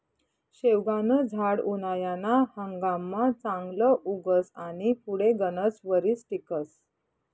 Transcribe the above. शेवगानं झाड उनायाना हंगाममा चांगलं उगस आनी पुढे गनच वरीस टिकस